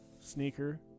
sneaker